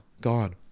god